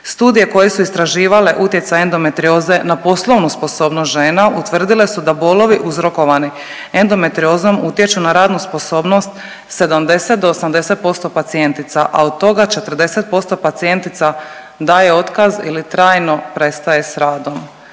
Studije koje su istraživale utjecaj endometrioze na poslovnu sposobnost žena utvrdile su da bolovi uzrokovani endometriozom utječu na radnu sposobnost 70 do 80% pacijentica, a od toga 40% pacijentica daje otkaz ili trajno prestaje s radom.